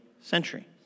century